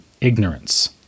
ignorance